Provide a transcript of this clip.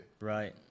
Right